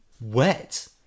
wet